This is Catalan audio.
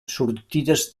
sortides